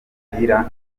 umupira